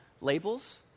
labels